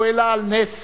הוא העלה על נס